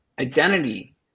identity